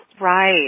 Right